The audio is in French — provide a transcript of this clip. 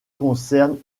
concerne